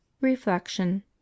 Reflection